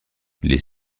les